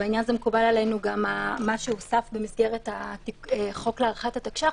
ובעניין הזה מקובל עלינו מה שהוסף במסגרת החוק להארכת התקש"ח,